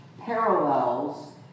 parallels